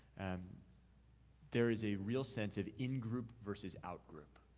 and there is a real sense of in group versus out group.